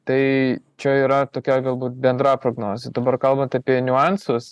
tai čia yra tokia galbūt bendra prognozė dabar kalbant apie niuansus